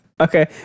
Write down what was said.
Okay